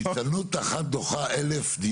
עזוב רגע.